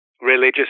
religious